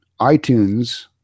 iTunes